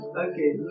Okay